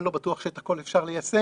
אני לא בטוח שאת הכול אפשר ליישם,